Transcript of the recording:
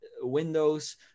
windows